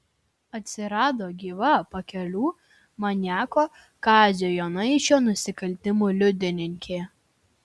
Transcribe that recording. atsirado gyva pakelių maniako kazio jonaičio nusikaltimų liudininkė